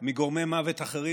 מגורמי מוות אחרים,